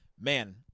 Man